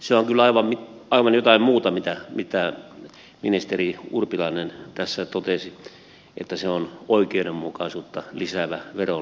se on kyllä aivan jotain muuta kuin mitä ministeri urpilainen tässä totesi että se on oikeudenmukaisuutta lisäävä verolinja